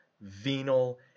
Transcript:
venal